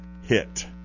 hit